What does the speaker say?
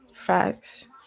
facts